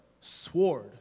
sword